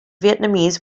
vietnamese